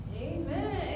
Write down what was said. Amen